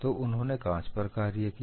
तो उन्होंने कांच पर कार्य किया